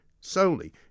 solely